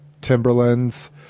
Timberlands